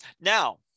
Now